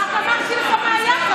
רק אמרתי לך מה היה כאן.